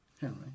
Henry